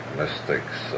mystics